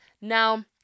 Now